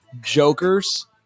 jokers